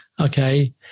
Okay